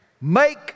make